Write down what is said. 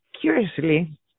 curiously